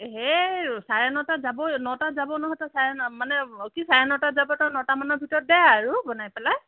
সেই চাৰে নটাত যাবই নটাত যাবই নহয় তই চাৰে ন মানে কি চাৰে নটাত যাব তই নটা মানৰ ভিতৰত দে আৰু বনাই পেলাই